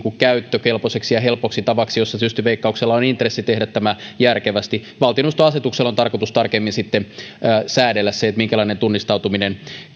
käyttökelpoiseksi ja helpoksi tavaksi jossa tietysti veikkauksella on intressi tehdä tämä järkevästi valtioneuvoston asetuksella on tarkoitus sitten tarkemmin säädellä se minkälainen tunnistautuminen